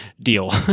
deal